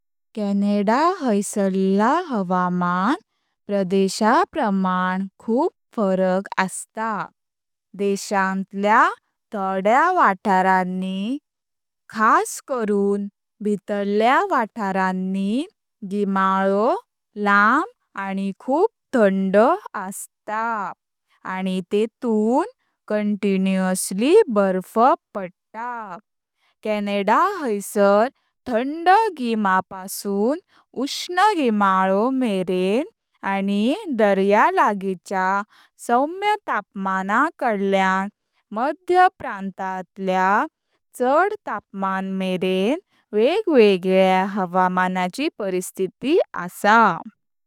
कॅनडा हायसारला हावामान प्रदेशा प्रमाण खूप फरक आस्ता। देशांतल्या थोड्या वाठारानी खास करून भितरल्या वाठारानी गीमाळो लांम आनी खूप थंड आस्ता आनी तेतून खंतिन्युवसली बर्फ पडता। कॅनडा हायसार थंड गीमापासून उष्ण गीमाळो मरेन आनी दर्या लागिच्या सौम्य तापमान कडल्यान मध्य प्रांतातल्या चड तापमानमरेन वेगवेगळ्या हावामानाची परिस्थिती आसां।